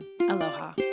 aloha